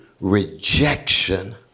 rejection